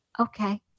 Okay